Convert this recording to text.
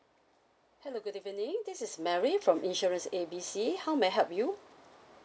hello good evening this is mary from insurance A B C how may I help you